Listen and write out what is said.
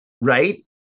Right